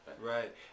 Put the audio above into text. right